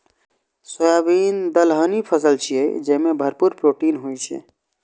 soybean दलहनी फसिल छियै, जेमे भरपूर प्रोटीन होइ छै